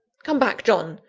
come back, john!